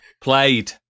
played